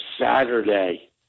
Saturday